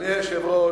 אדוני היושב-ראש,